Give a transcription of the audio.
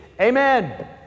Amen